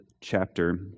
chapter